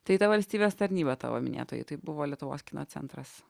tai ta valstybės tarnyba tavo minėtoji tai buvo lietuvos kino centras